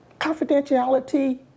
confidentiality